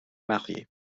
marier